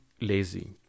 lazy